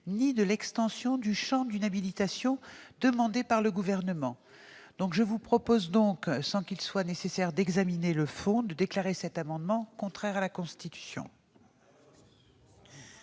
ni de l'extension du champ d'une habilitation demandée par le Gouvernement. Tout à fait ! Je vous propose donc, sans qu'il soit nécessaire d'examiner le fond, de déclarer cet amendement contraire à la Constitution.